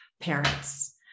parents